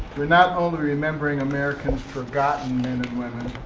we're not only remembering americans' forgotten men and women,